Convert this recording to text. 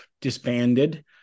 disbanded